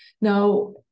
Now